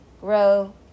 grow